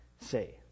say